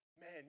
man